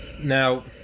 Now